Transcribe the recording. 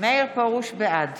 בעד